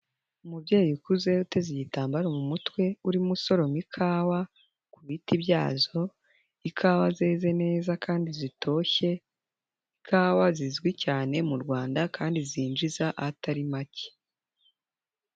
Umubyeyi ukuze ya uteze igitambaro mu mutwe urimo usoroma ikawa ku biti byazo, ikawa zeze neza kandi zitoshye, ikawa zizwi cyane mu Rwanda kandi zinjiza atari make.